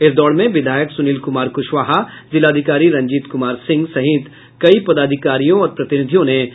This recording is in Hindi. इस दौड़ में विधायक सुनील कुमार कुशवाहा जिलाधिकारी रंजीत कुमार सिंह सहित कई पदाधिकारियों और प्रतिनिधियों ने भाग लिया